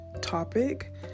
topic